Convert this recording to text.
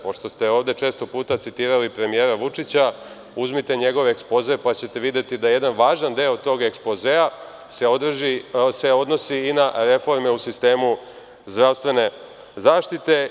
Pošto ste ovde često puta citirali premijera Vučića, uzmite njegov ekspoze pa ćete videti da se jedan važan deo tog ekspozea odnosi i na reforme u sistemu zdravstvene zaštite.